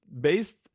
based